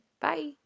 Bye